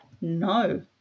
No